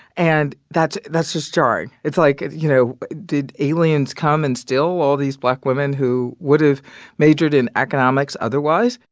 and that's that's just jarring. it's like, you know, did aliens come and steal all these black women who would've majored in economics otherwise?